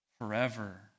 Forever